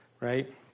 right